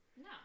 No